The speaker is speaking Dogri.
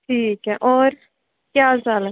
ठीक ऐ होर केह् हाल चाल ऐ